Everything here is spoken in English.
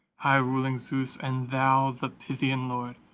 high-ruling zeus, and thou, the pythian lord,